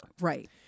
Right